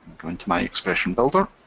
go into my expression builder,